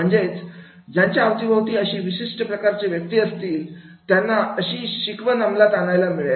म्हणजेच ज्यांच्या अवतीभोवती अशा विशिष्ट प्रकारच्या व्यक्ती असतील त्यांना अशी शिकवण अमलात आणायला मिळेल